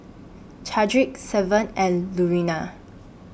Chadrick Severt and Lurena